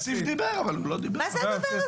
בבקשה.